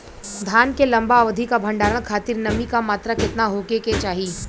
धान के लंबा अवधि क भंडारण खातिर नमी क मात्रा केतना होके के चाही?